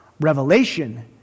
Revelation